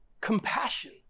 compassion